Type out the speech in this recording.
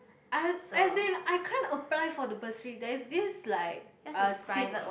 I as in I can't apply for the bursary there's this like uh Sin~